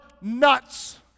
nuts